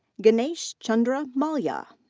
ganeshchandra mallya.